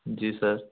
जी sir